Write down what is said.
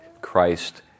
Christ